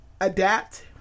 adapt